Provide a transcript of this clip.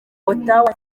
ottawa